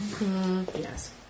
Yes